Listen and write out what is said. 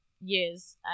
years